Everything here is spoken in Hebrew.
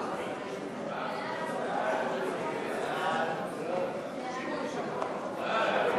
ההצעה להעביר את הצעת חוק לעידוד